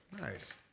Nice